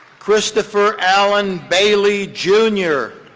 christopher allen bailey, jr.